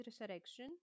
resurrection